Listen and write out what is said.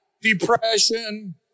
Depression